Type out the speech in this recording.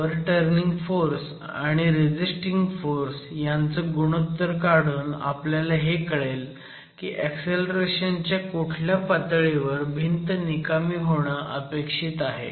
overturning force आणि resisting force यांचं गुणोत्तर काढून आपल्याला हे कळेल की ऍक्सिलरेशन च्या कुठल्या पातळीवर भिंत निकामी होणं अपेक्षित आहे